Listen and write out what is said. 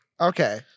Okay